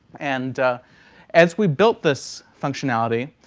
and as we built this functionality,